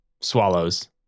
swallows